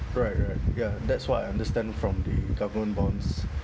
correct correct ya that's what I understand from the government bonds